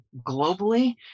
globally